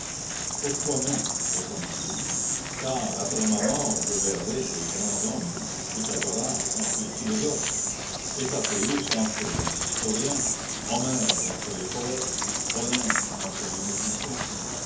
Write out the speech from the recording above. pourquoi non répondit-il car après ma mort je verrai ces grands hommes pythagoras entre les philosophes hecatæus entre les historiens homère entre les poètes olympe entre les musiciens